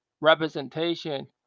representation